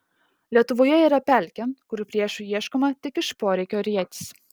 lietuvoje yra pelkė kur priešų ieškoma tik iš poreikio rietis